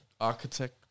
architect